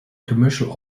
commercial